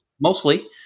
Mostly